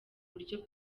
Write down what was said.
buryo